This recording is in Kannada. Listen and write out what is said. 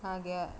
ಹಾಗೆ